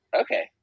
Okay